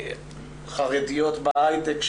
חרדיות בהייטק,